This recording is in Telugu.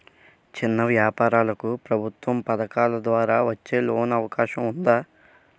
చిన్న వ్యాపారాలకు ప్రభుత్వం పథకాల ద్వారా వచ్చే లోన్ అవకాశం ఉందా?